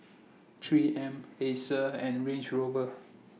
three M Acer and Range Rover